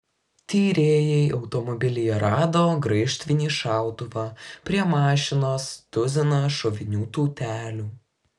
tyrėjai automobilyje rado graižtvinį šautuvą prie mašinos tuziną šovinių tūtelių